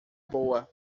boa